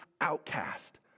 outcast